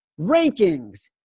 rankings